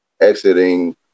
exiting